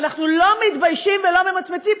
ואנחנו לא מתביישים ולא ממצמצים.